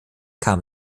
kam